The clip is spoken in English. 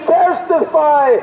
testify